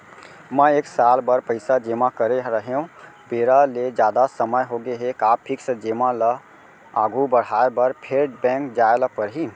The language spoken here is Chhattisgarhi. मैं एक साल बर पइसा जेमा करे रहेंव, बेरा ले जादा समय होगे हे का फिक्स जेमा ल आगू बढ़ाये बर फेर बैंक जाय ल परहि?